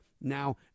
now